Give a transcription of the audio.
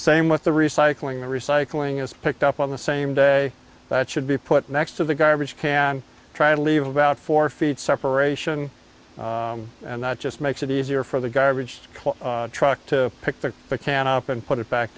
same with the recycling the recycling is picked up on the same day that should be put next to the garbage can try to leave about four feet separation and that just makes it easier for the garbage truck to pick the the can up and put it back